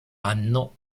anno